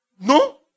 No